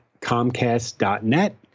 comcast.net